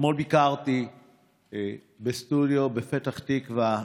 אתמול ביקרתי בסטודיו בפתח תקווה,